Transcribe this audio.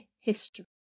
history